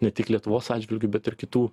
ne tik lietuvos atžvilgiu bet ir kitų